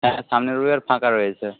হ্যাঁ সামনের রবিবার ফাঁকা রয়েছে